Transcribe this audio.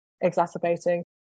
exacerbating